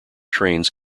trains